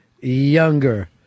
younger